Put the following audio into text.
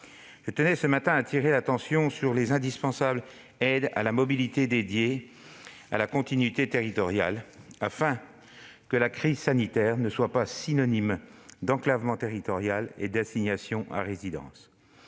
Je tenais ce matin à attirer l'attention sur les indispensables aides à la mobilité dédiées à la continuité territoriale, afin que la crise sanitaire ne soit pas synonyme d'enclavement territorial et d'assignation à résidence.